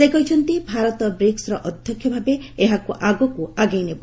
ସେ କହିଛନ୍ତି ଭାରତ ବ୍ରିକୁର ଅଧ୍ୟକ୍ଷ ଭାବେ ଏହାକୁ ଆଗକୁ ଆଗେଇ ନେବ